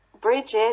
bridges